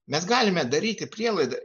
mes galime daryti prielaidą